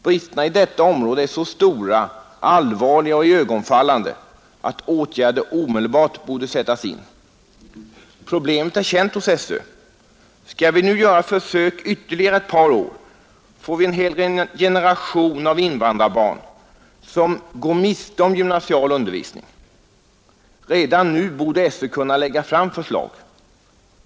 Bristerna på detta område är så stora, allvarliga och iögonfallande att åtgärder omedelbart borde sättas in. Problemet är känt hos SÖ. Skall vi nu göra försök ytterligare ett par år får vi en hel generation invandrarbarn som går miste om gymnasial undervisning. Redan nu borde SÖ kunna lägga fram förslag.